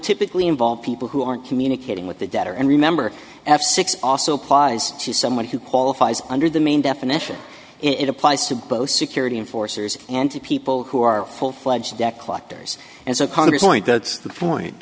typically involve people who aren't communicating with the debtor and remember f six also applies to someone who qualifies under the main definition it applies to both security and forcers and to people who are full fledged debt collectors and so congress point that's the point